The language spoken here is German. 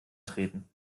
treten